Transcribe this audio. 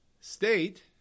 state